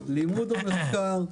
לימוד ומחקר.